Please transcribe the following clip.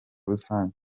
rusange